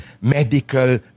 medical